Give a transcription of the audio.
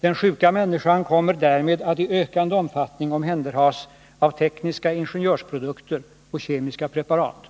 Den sjuka människan kommer därmed att i ökande omfattning omhänderhas av tekniska ingenjörsprodukter och kemiska preparat.